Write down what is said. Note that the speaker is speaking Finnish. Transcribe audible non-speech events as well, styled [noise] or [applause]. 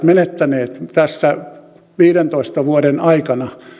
[unintelligible] menettäneet tässä viidentoista vuoden aikana